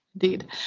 Indeed